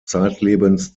zeitlebens